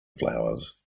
flowers